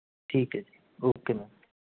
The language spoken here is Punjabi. ਠੀਕ ਹੈ ਜੀ ਓਕੇ ਮੈਮ